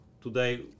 Today